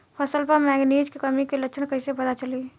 फसल पर मैगनीज के कमी के लक्षण कइसे पता चली?